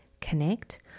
Connect